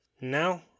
Now